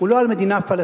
הוא לא על מדינה פלסטינית